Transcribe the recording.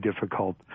difficult